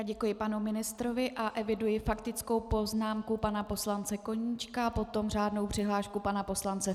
Děkuji panu ministrovi a eviduji faktickou poznámku pana poslance Koníčka, potom řádnou přihlášku pana poslance Fiedlera.